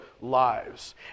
lives